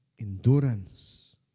endurance